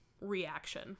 reaction